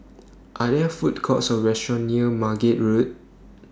Are There Food Courts Or restaurants near Margate Road